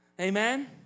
Amen